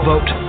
Vote